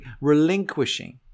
relinquishing